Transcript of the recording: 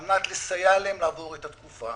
על מנת לסייע להם לעבור את התקופה.